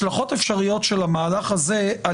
מדובר פה על סמכות לתת סעד בדין המינהלי על